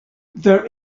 there